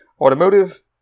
automotive